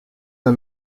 vas